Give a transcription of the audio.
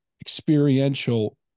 experiential